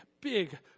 big